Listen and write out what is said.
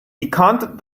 decanted